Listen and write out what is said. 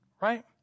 right